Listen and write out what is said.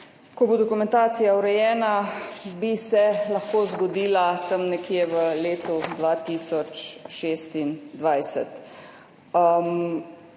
ko bo dokumentacija urejena, bi se lahko zgodila tam nekje v letu 2026.